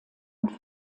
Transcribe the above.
und